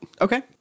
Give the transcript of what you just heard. Okay